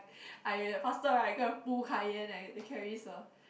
I faster right go and pull Kaiyen and Carrie